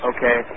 Okay